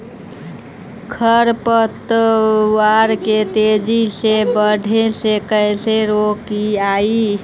खर पतवार के तेजी से बढ़े से कैसे रोकिअइ?